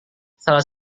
salah